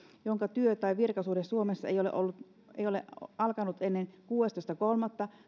jonka työ tai virkasuhde suomessa ei ole alkanut ennen kuudestoista kolmatta